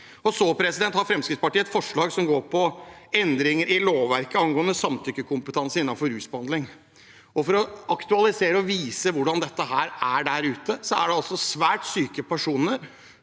videre uten rus. Fremskrittspartiet har et forslag som går på endringer i lovverket angående samtykkekompetanse innenfor rusbehandling. For å aktualisere dette og vise hvordan det er der ute: Dette er altså svært syke personer